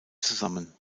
zusammen